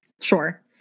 Sure